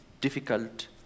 difficult